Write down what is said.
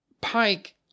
Pike